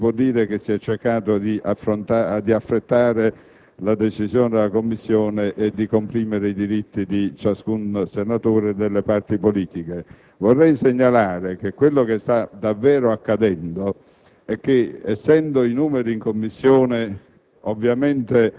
Quindi, non si può dire che si è cercato di affrettare la decisione della Commissione e di comprimere i diritti di ciascun senatore o delle parti politiche. Vorrei segnalare che quel che sta davvero accadendo è che, essendo i numeri in Commissione